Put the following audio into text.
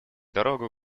дорогу